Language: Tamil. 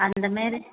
அந்த மேரேஜ்